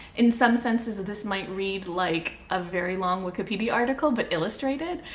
in some senses this might read like a very long wikipedia article, but illustrated,